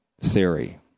theory